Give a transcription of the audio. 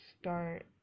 start